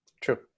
True